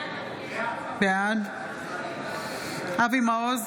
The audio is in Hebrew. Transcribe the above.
בעד אבי מעוז,